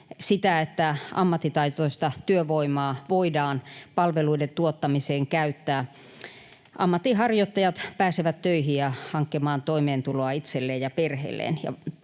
sitä, että ammattitaitoista työvoimaa voidaan palveluiden tuottamiseen käyttää. Ammatinharjoittajat pääsevät töihin ja hankkimaan toimeentuloa itselleen ja perheelleen.